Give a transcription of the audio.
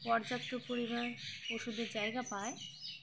পর্যাপ্ত পরিমাণ ওষুধের জায়গা পায়